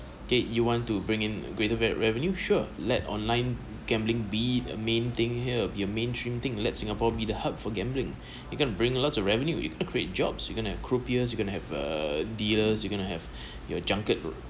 okay you want to bring in greater re~ revenue sure let online gambling be a main thing here be a mainstream thing let singapore be the hub for gambling you going to bring lots of revenue you going to create jobs you going to have crop beers you going to have a dealers you going to have your junket